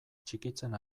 txikitzen